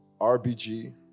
RBG